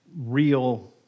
real